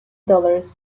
dollars